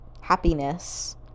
happiness